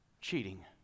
cheating